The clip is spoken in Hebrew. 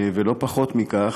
ולא פחות מכך,